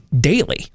daily